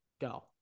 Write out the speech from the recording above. go